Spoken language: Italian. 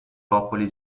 popoli